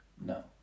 No